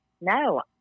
No